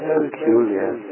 peculiar